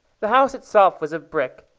the house itself was of brick,